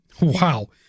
Wow